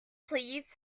please